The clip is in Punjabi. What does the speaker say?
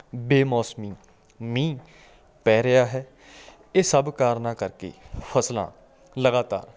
ਬੇ ਮੋਸਮੀ ਮੀਂਹ ਪੈ ਰਿਹਾ ਹੈ ਇਹ ਸਭ ਕਾਰਨਾਂ ਕਰਕੇ ਫਸਲਾਂ ਲਗਾਤਾਰ